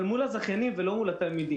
אבל מול הזכיינים ולא מול התלמידים.